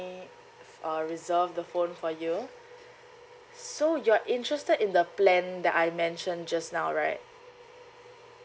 uh reserve the phone for you so you're interested in the plan that I mentioned just now right